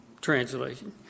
translation